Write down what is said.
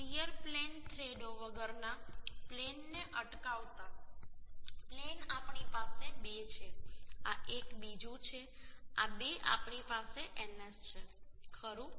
shear plane થ્રેડો વગરના પ્લેનને અટકાવતા પ્લેન આપણી પાસે 2 છે આ 1 બીજું છે આ 2 આપણી પાસે ns છે ખરું